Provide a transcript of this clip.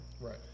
Right